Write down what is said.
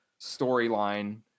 storyline